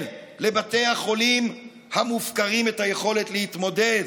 לבתי החולים המופקרים יכולת להתמודד.